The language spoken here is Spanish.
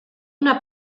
una